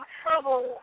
trouble